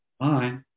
Hi